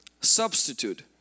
substitute